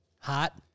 Hot